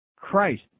Christ